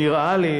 נראה לי,